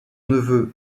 neveu